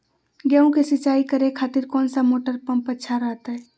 गेहूं के सिंचाई करे खातिर कौन सा मोटर पंप अच्छा रहतय?